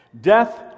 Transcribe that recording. Death